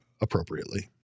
appropriately